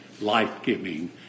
life-giving